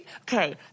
okay